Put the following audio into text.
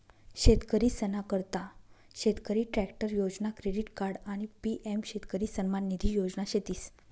शेतकरीसना करता शेतकरी ट्रॅक्टर योजना, क्रेडिट कार्ड आणि पी.एम शेतकरी सन्मान निधी योजना शेतीस